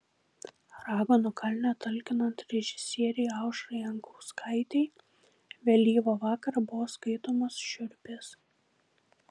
raganų kalne talkinant režisierei aušrai jankauskaitei vėlyvą vakarą buvo skaitomos šiurpės